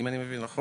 אם אני מבין נכון,